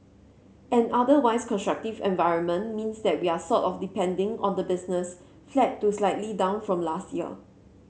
an otherwise constructive environment means that we're sort of depending on the business flat to slightly down from last year